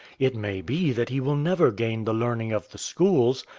it may be that he will never gain the learning of the schools.